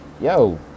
yo